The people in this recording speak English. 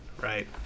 right